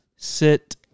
Sit